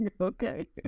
okay